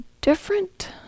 different